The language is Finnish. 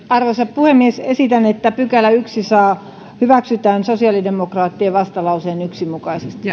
arvoisa puhemies esitän että ensimmäinen pykälä hyväksytään sosiaalidemokraattien vastalauseen yksi mukaisesti